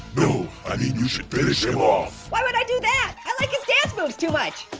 no, i mean you should finish him off. why would i do that? i like his dance moves too much.